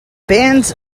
bands